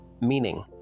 meaning